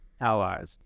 allies